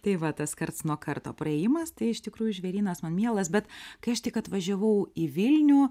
tai va tas karts nuo karto praėjimas tai iš tikrųjų žvėrynas man mielas bet kai aš tik atvažiavau į vilnių